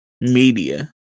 media